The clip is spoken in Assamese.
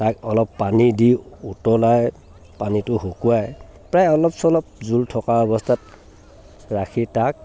তাক অলপ পানী দি উতলাই পানীটো শুকুৱাই প্ৰায় অলপ চলপ জোল থকা অৱস্থাত ৰাখি তাক